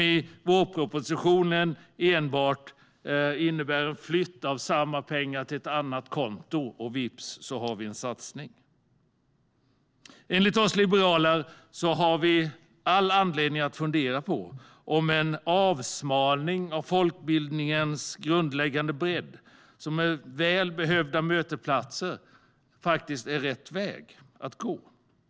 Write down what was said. I vårpropositionen innebär det enbart en flytt av samma pengar till ett annat konto, och vips har vi en satsning. Enligt oss liberaler har vi all anledning att fundera över om en avsmalning av folkbildningens grundläggande bredd, som väl behövda mötesplatser, är rätt väg att gå.